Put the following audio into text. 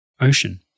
ocean